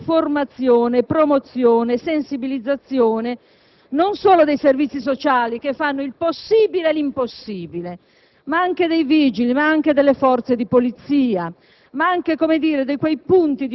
inoltre fatto riferimento a una speciale formazione, promozione e sensibilizzazione non solo dei servizi sociali, che fanno il possibile e l'impossibile,